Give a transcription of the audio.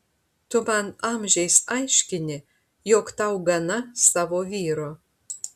tu man amžiais aiškini jog tau gana savo vyro